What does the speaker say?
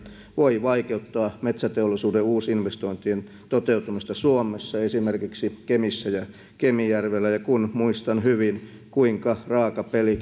voivat vaikeuttaa metsäteollisuuden uusinvestointien toteutumista suomessa esimerkiksi kemissä ja kemijärvellä ja kun muistan hyvin kuinka raaka peli